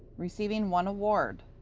receiving one award.